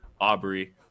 Aubrey